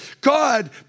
God